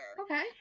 Okay